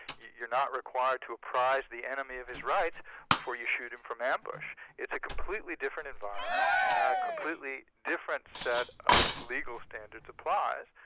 you're not required to apprise the enemy of his rights before you shoot him from ambush. it's a completely different environment, and a completely different set of legal standards applies.